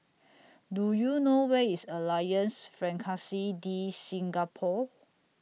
Do YOU know Where IS Alliance Francaise De Singapour